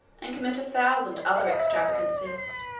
and commit a thousand other extravagancies.